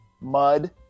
mud